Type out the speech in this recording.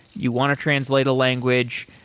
you want to translate a language.